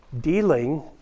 dealing